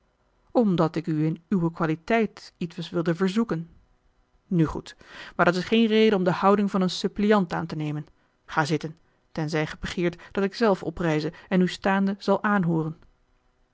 omdat ik u in uwe qualiteit ietwes wilde verzoeken nu goed maar dat's geen reden om de houding van een suppliant aan te nemen ga zitten tenzij ge begeert dat ik zelf oprijze en u staande zal aanhooren